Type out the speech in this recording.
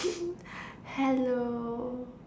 hello